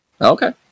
Okay